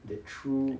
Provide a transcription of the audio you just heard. the true